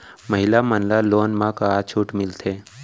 महिला मन ला लोन मा का छूट मिलथे?